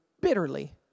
bitterly